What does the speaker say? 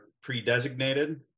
pre-designated